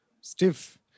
stiff